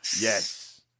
Yes